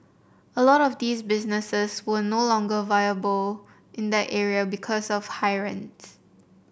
a lot of these businesses were no longer viable in that area because of high rents